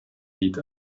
lied